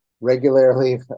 regularly